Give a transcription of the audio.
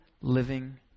living